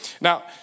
Now